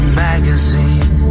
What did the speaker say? magazine